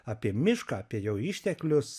apie mišką apie jo išteklius